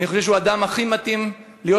אני חושב שהוא האדם הכי מתאים להיות